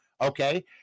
Okay